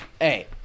Hey